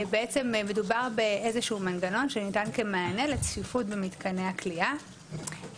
מדובר באיזשהו מנגנון שניתן כמענה לצפיפות במתקני הכליאה,